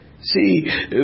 See